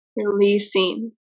releasing